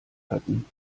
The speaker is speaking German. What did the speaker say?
hatten